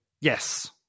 Yes